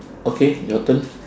okay your turn